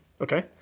Okay